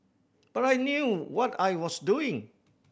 but I knew what I was doing